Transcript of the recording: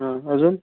हा अजून